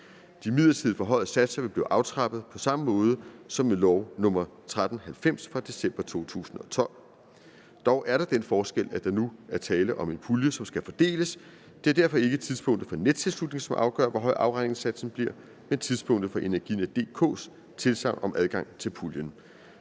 De midlertidigt forhøjede satser vil blive aftrappet på samme måde som ved lov nr. 1390 fra december 2012. Dog er der den forskel, at der nu er tale om en pulje, som skal fordeles. Det er derfor ikke tidspunktet for nettilslutning, som afgør, hvor høj afregningssatsen bliver, men tidspunktet for Energinet.dk's tilsagn om adgang til puljen.